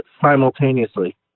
simultaneously